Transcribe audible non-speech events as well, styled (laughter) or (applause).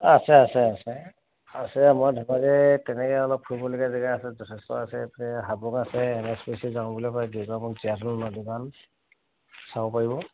আছে আছে আছে আছে আমাৰ ধেমাজিত তেনেকৈ অলপ ফুৰিবলগীয়া জেগা আছে যথেষ্ট আছে হাবুং আছে এন এছ পি চি যাওঁ বুলি কয় (unintelligible) চাব পাৰিব